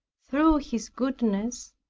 through his goodness,